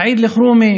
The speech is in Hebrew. סעיד אלחרומי